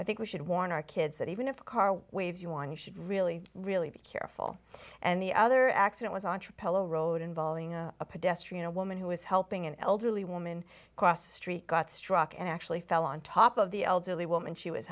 i think we should warn our kids that even if the car waves you on you should really really be careful and the other accident was entre pellow road involving a pedestrian a woman who was helping an elderly woman across the street got struck and actually fell on top of the elderly woman she was